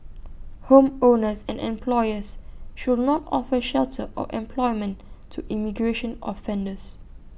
homeowners and employers should not offer shelter or employment to immigration offenders